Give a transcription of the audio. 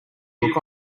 look